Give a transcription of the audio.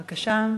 בבקשה.